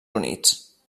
units